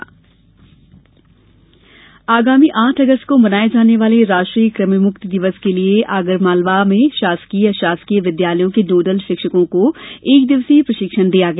क्रमिमुक्ति दिवस प्रशिक्षण आगामी आठ अगस्त को मनाये जाने वाले राष्ट्रीय कृमिमुक्ति दिवस के लिये कल आगरमालवा में शासकीय अषासकीय विद्यालयों के नोडल षिक्षको को एक दिवसीय प्रषिक्षण दिया गया